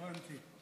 הבנתי.